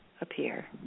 appear